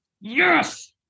Yes